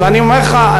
ואני אומר לך,